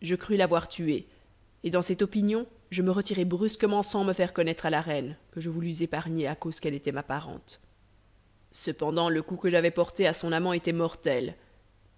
je crus l'avoir tué et dans cette opinion je me retirai brusquement sans me faire connaître à la reine que je voulus épargner à cause qu'elle était ma parente cependant le coup que j'avais porté à son amant était mortel